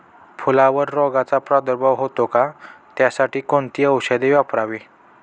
फुलावर रोगचा प्रादुर्भाव होतो का? त्यासाठी कोणती औषधे वापरावी?